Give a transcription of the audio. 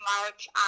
march